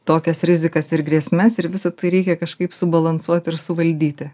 tokias rizikas ir grėsmes ir visa tai reikia kažkaip subalansuot ir suvaldyti